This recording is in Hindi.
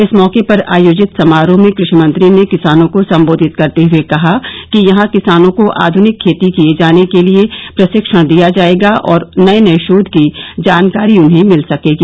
इस मौके पर आयोजित समारोह में कृषि मंत्री ने किसानों को सम्बोधित करते हुए कहा कि यहां किसानों को आधुनिक खेती किये जाने के लिए प्रशिक्षण दिया जायेगा और नये नये शोध की जानकारी उन्हें मिल सकेगी